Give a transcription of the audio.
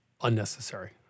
unnecessary